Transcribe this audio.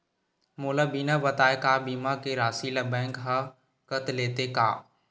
मोला बिना बताय का बीमा के राशि ला बैंक हा कत लेते का?